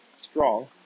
strong